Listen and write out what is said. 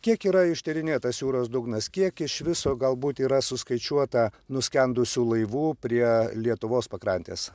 kiek yra ištyrinėtas jūros dugnas kiek iš viso galbūt yra suskaičiuota nuskendusių laivų prie lietuvos pakrantės